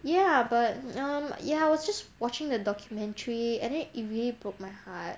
ya but um ya I was just watching the documentary and then it really broke my heart